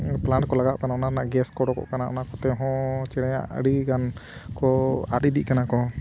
plant ᱠᱚ ᱞᱟᱜᱟᱣ ᱠᱟᱱᱟ ᱚᱱᱟ ᱨᱮᱱᱟᱜ ᱜᱮᱥ ᱠᱚ ᱩᱰᱩᱠᱚᱜ ᱠᱟᱱᱟ ᱚᱱᱟ ᱠᱚᱛᱮ ᱦᱚᱸ ᱪᱮᱬᱮᱭᱟᱜ ᱟᱹᱰᱤ ᱜᱟᱱ ᱠᱚ ᱟᱫ ᱤᱫᱤᱜ ᱠᱟᱱᱟ ᱠᱚ